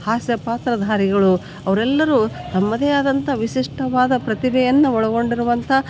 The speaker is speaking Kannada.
ಹಾಸ್ಯ ಪಾತ್ರಧಾರಿಗಳು ಅವರೆಲ್ಲರು ತಮ್ಮದೇ ಆದಂಥ ವಿಶಿಷ್ಟವಾದ ಪ್ರತಿಭೆಯನ್ನ ಒಳಗೊಂಡಿರುವಂಥ